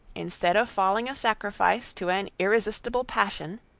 instead of falling a sacrifice to an irresistible passion,